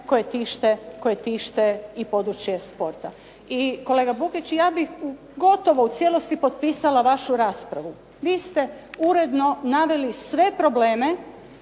koji tište i područje sporta. I kolega Bukić, i ja bih gotovo u cijelosti potpisala vašu raspravu. Vi ste uredno naveli sve probleme